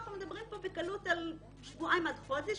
אנחנו מדברים פה בקלות על שבועיים עד חודש,